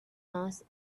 mass